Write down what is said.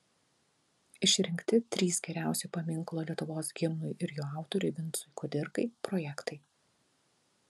išrinkti trys geriausi paminklo lietuvos himnui ir jo autoriui vincui kudirkai projektai